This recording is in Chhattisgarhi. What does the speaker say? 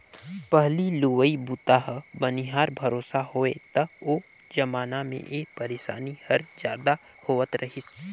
पहिली लुवई बूता ह बनिहार भरोसा होवय त ओ जमाना मे ए परसानी हर जादा होवत रही